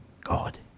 God